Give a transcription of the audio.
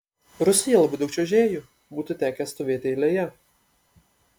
rusijoje labai daug čiuožėjų būtų tekę stovėti eilėje